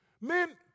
Men